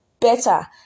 better